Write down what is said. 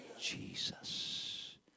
Jesus